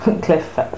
cliff